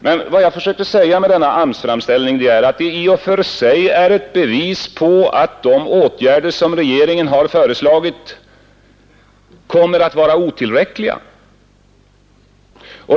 Men vad jag försökte säga med AMS-framställningen var att den i och för sig är ett bevis på att de åtgärder som regeringen föreslagit kommer att visa sig vara otillräckliga.